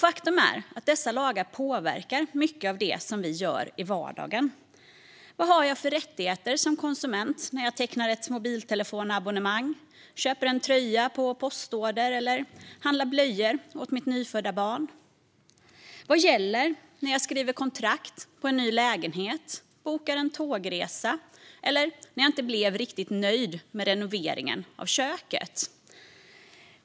Faktum är att dessa lagar påverkar mycket av det vi gör i vardagen. Vad har jag för rättigheter som konsument när jag tecknar ett mobiltelefonabonnemang, köper en tröja på postorder eller handlar blöjor åt mitt nyfödda barn? Vad gäller när jag skriver kontrakt på en ny lägenhet, när jag bokar en tågresa och när jag inte blev riktigt nöjd med renoveringen av köket?